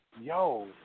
yo